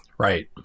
Right